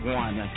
one